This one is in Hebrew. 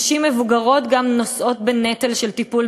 נשים מבוגרות גם נושאות בנטל של טיפול